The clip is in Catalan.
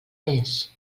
més